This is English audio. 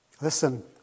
Listen